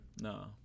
No